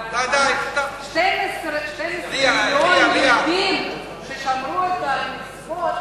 אבל 12 מיליון יהודים ששמרו את המצוות